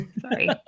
Sorry